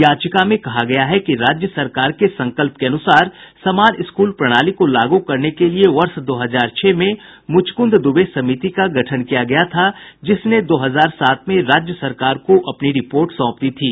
याचिका में कहा गया है कि राज्य सरकार के संकल्प के अनुसार समान स्कूल प्रणाली को लागू करने के लिए वर्ष दो हजार छह में मूचकूंद दूबे समिति का गठन किया गया था जिसने दो हजार सात में राज्य सरकार को अपनी रिपोर्ट सोंप दी थी